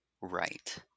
right